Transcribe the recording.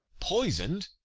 poison'd!